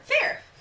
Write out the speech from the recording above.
Fair